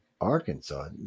Arkansas